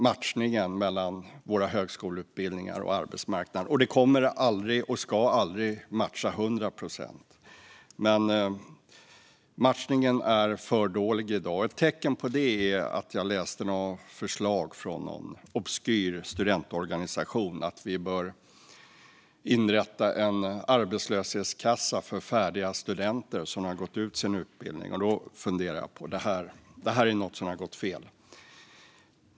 Matchningen mellan våra högskoleutbildningar och arbetsmarknaden fungerar inte riktigt bra i dag. Det kommer och ska aldrig matcha till hundra procent, men matchningen är för dålig i dag. Ett tecken på det är det förslag från någon obskyr studentorganisation som jag läste, nämligen att vi bör inrätta en arbetslöshetskassa för studenter som gått färdigt sin utbildning. Då tänkte jag att något har gått fel.